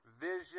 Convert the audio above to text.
vision